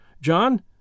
John